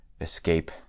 escape